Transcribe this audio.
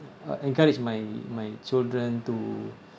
I encourage my my children to